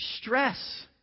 Stress